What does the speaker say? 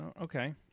Okay